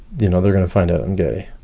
you know they're going to find out i'm gay.